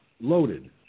loaded